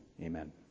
Amen